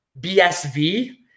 BSV